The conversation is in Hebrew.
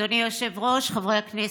אדוני היושב-ראש, חברי הכנסת,